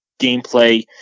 gameplay